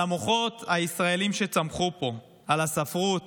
על המוחות הישראליים שצמחו פה, על הספרות,